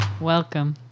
Welcome